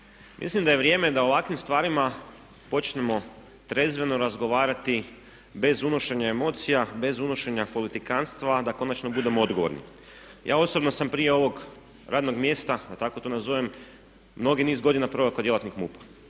mislim da je vrijeme da o ovakvim stvarima počnemo trezveno razgovarati bez unošenja emocija, bez unošenja politikanstva, da konačno budemo odgovorni. Ja osobno sam prije ovog radnog mjesta, da tako to nazovem, mnogi niz godina proveo kao djelatnik MUP-a.